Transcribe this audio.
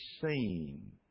seen